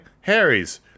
Harry's